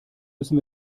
müssen